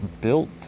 built